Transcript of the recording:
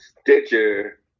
stitcher